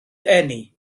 eni